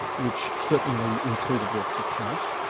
which certainly included works of kant,